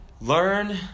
Learn